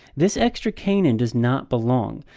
this extra cainan does not belong.